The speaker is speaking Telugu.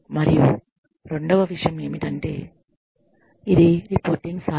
మరియు రెండవ విషయం ఏమిటంటే ఇది రిపోర్టింగ్ సాధనం